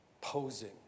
posing